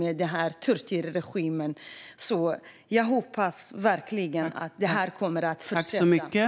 Jag hoppas verkligen att det här kommer att fortsätta.